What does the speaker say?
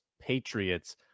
Patriots